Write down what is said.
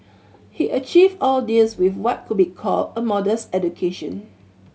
he achieved all this with what could be called a modest education